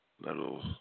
little